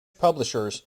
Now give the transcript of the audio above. publishers